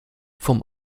vom